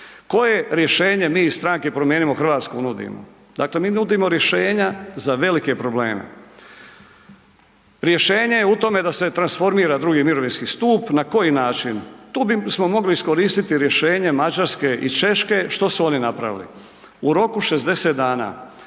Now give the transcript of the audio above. Koje rješenje mi iz stranke Promijenimo Hrvatsku nudimo? Dakle, mi nudimo rješenja za velike probleme. Rješenje je u tome da se transformira II. mirovinski stup. Na koji način? Tu bismo mogli iskoristiti rješenje Mađarske i Češke. Što su oni napravili? U roku 60 dana